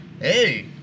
Hey